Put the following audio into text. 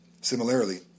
Similarly